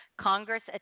Congress